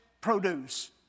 produce